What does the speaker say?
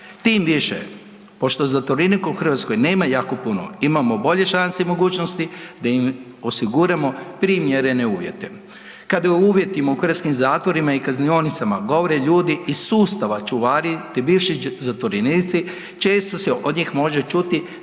Tim više pošto zatvorenika u Hrvatskoj nema jako puno imamo bolje šanse i mogućnosti da im osiguramo primjere uvjete. Kada o uvjetima u hrvatskim zatvorima i kaznionicama govore ljudi iz sustava čuvari te bivši zatvorenici često se od njih može čuti